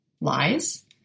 lies